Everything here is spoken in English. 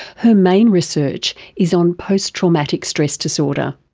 her main research is on post-traumatic stress disorder.